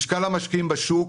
משקל המשקיעים בשוק